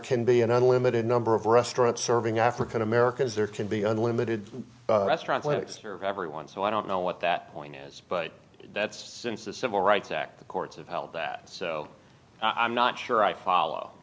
can be an unlimited number of restaurants serving african americans there can be unlimited restaurant clinics or of everyone so i don't know what that point is but that's the civil rights act the courts have held that so i'm not sure i follow